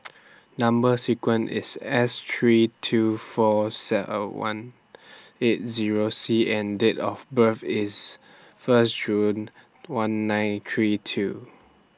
Number sequence IS S three two seven four one eight Zero C and Date of birth IS First June one nine three two